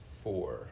four